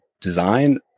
design